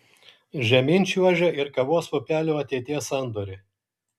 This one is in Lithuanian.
žemyn čiuožia ir kavos pupelių ateities sandoriai